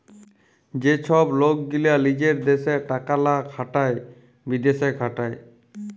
যে ছব লক গীলা লিজের দ্যাশে টাকা লা খাটায় বিদ্যাশে খাটায়